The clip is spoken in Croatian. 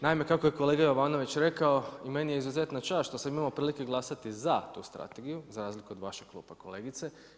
Naime, kako je kolega Jovanović rekao, meni je izuzetna čast što sam imao prilike glasati za tu strategiju, za razliku od vašeg kluba kolegice.